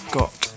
got